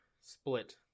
split